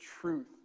truth